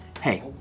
hey